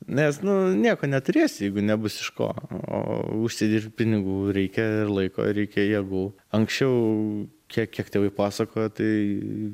nes nu nieko neturėsi jeigu nebus iš ko o užsidirbt pinigų reikia ir laiko reikia jėgų anksčiau kiek kiek tėvai pasakojo tai